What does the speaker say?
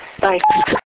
Bye